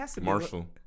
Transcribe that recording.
Marshall